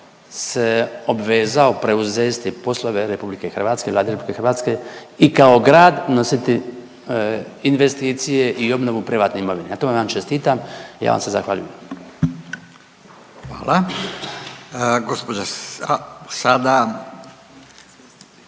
se obvezao preuzesti poslove RH, Vlade RH i kao grad nositi investicije i obnovu privatne imovine. Na tome vam čestitam i ja vam se zahvaljujem. **Radin, Furio